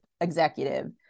executive